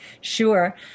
Sure